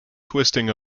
twisting